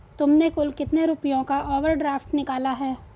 तुमने कुल कितने रुपयों का ओवर ड्राफ्ट निकाला है?